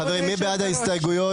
חברים, מי בעד ההסתייגויות?